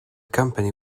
company